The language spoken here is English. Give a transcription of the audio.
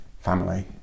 family